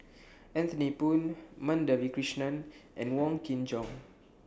Anthony Poon Madhavi Krishnan and Wong Kin Jong